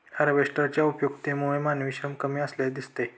हार्वेस्टरच्या उपयुक्ततेमुळे मानवी श्रम कमी असल्याचे दिसते